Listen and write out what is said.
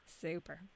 Super